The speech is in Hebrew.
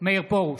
מאיר פרוש,